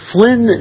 Flynn